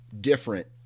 different